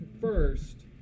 first